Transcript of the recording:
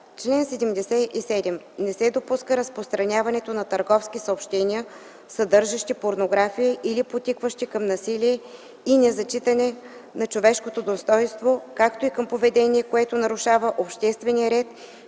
„Чл. 77. Не се допуска разпространяването на търговски съобщения, съдържащи порнография или подтикващи към насилие и незачитане на човешкото достойнство, както и към поведение, което нарушава обществения ред